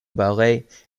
ballet